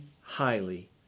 highly